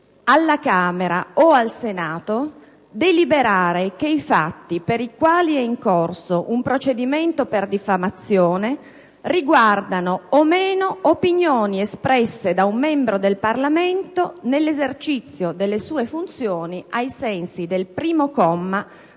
alla Camera o al Senato deliberare che i fatti per i quali è in corso un procedimento per diffamazione riguardano o no opinioni espresse da un membro del Parlamento nell'esercizio delle sue funzioni ai sensi del primo comma